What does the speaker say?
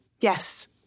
Yes